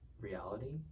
reality